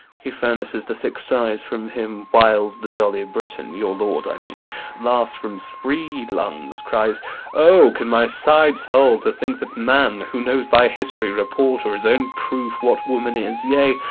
he furnaces the thick sighs from him whiles the jolly briton your lord, i mean laughs from's free lungs, cries o, can my sides hold, to think that man who knows by history, report, or his own proof, what woman is, yea,